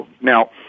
now